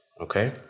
okay